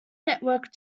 network